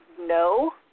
No